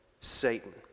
Satan